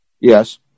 Yes